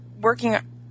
working